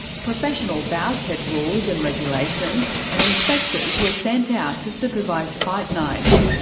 professional bouts had rules and regulations, and inspectors were sent out to supervise fight nights.